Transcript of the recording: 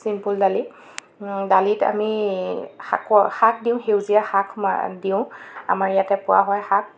চিম্পুল দালি দালিত আমি শাকৰ শাক দিওঁ সেউজীয়া শাক মা দিওঁ আমাৰ ইয়াতে পোৱা হয় শাক